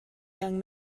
young